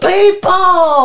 People